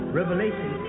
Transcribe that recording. Revelation